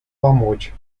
помочь